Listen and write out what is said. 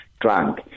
drunk